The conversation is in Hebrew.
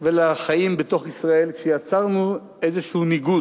ולחיים בתוך ישראל כשיצרנו איזשהו ניגוד,